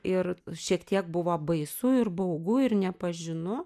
ir šiek tiek buvo baisu ir baugu ir nepažinu